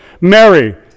Mary